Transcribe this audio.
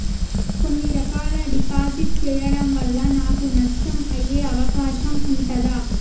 కొన్ని రకాల డిపాజిట్ చెయ్యడం వల్ల నాకు నష్టం అయ్యే అవకాశం ఉంటదా?